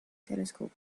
telescope